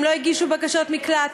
הם לא הגישו בקשות מקלט.